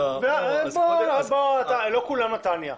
לא כולם נתניה.